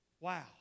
Wow